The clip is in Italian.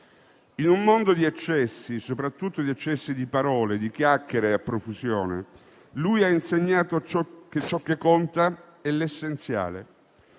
In un mondo di eccessi, soprattutto di eccessi di parole, di chiacchiere a profusione, Battiato ha insegnato che ciò che conta è l'essenziale.